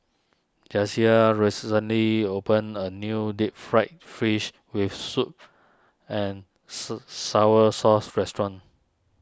Jasiah recently opened a new Deep Fried Fish with Soup and Sour Sauce restaurant